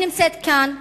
אני נמצאת כאן,